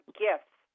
gifts